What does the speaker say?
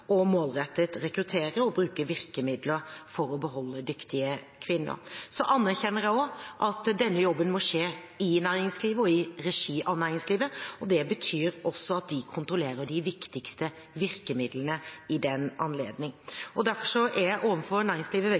målrettet å rekruttere og bruke virkemidler for å beholde dyktige kvinner. Så anerkjenner jeg også at denne jobben må skje i næringslivet og i regi av næringslivet. Det betyr også at de kontrollerer de viktigste virkemidlene i den anledning. Derfor er jeg overfor næringslivet